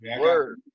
word